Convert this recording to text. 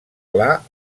clar